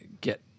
get